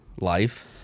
life